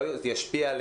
זה ישפיע על